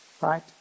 right